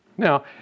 Now